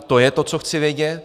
To je to, co chci vědět.